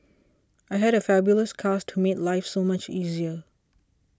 I had a fabulous cast to made life so much easier